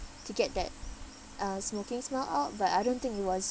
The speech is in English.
to get that uh smoking smell out but I don't think it was